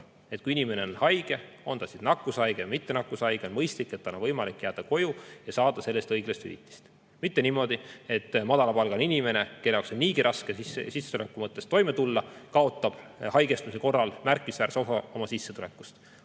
et kui inimene on haige, on ta siis nakkushaige või mittenakkushaige, on mõistlik, et tal on võimalik jääda koju ja saada selle eest õiglast hüvitist. Mitte niimoodi, et madala palgaga inimene, kellel on niigi raske sissetuleku mõttes toime tulla, kaotab haigestumise korral märkimisväärse osa oma sissetulekust,